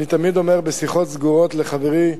אני תמיד אומר בשיחות סגורות לחברִי,